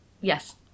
yes